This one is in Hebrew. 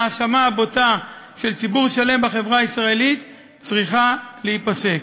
ההאשמה הבוטה של ציבור שלם בחברה הישראלית צריכה להיפסק.